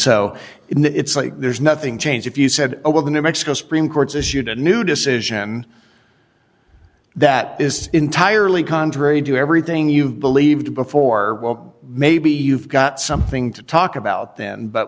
so it's like there's nothing changed if you said over the new mexico supreme court's issued a new decision that is entirely contrary to everything you've believed before well maybe you've got something to talk about then but